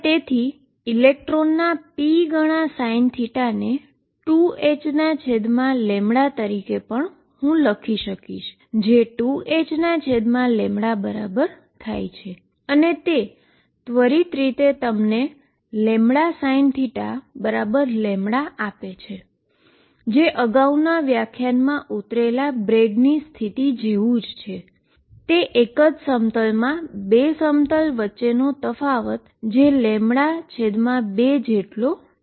અને તેથી ઇલેક્ટ્રોનના p ગણા sinθ ને 2helectron તરીકે પણ હું લખી શકું છું જે 2hlight બરાબર થાય છે અને તે ત્વરીત રીતે તમને lightsinθ electron આપે છે જે અગાઉના વ્યાખ્યાનમાં ઉતરેલા બ્રેગ્સની સ્થિતિ જેવું જ છે તે એક જ પ્લેનમાં 2 પ્લેન વચ્ચેનો તફાવત છે જે light2જેટલો છે